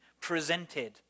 presented